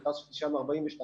וטסתי שם 42 שנה.